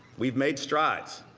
we've made strides,